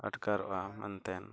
ᱟᱴᱠᱟᱨᱚᱜᱼᱟ ᱢᱮᱱᱛᱮ